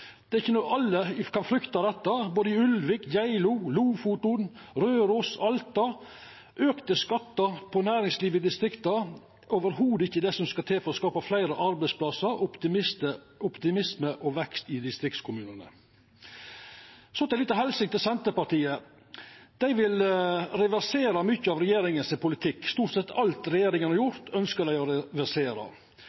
vert garantert ikkje noko betre ute i distrikta med ein slik politikk. Alle kan frykta dette, i både Ulvik, Geilo, Lofoten, Røros og Alta. Auka skattar for næringslivet i distrikta er slett ikkje det som skal til for å skapa fleire arbeidsplassar, optimisme og vekst i distriktskommunane. Ei lita helsing til Senterpartiet: Dei vil reversera mykje av politikken til regjeringa. Stort sett alt regjeringa har